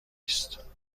است